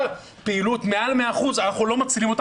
יש תקנים, הם לא מיושמים.